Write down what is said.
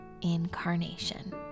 incarnation